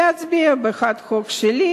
להצביע בעד הצעת החוק שלי,